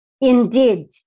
Indeed